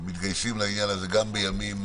שמתגייסים לעניין הזה גם בימים